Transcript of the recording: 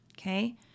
Okay